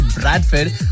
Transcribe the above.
Bradford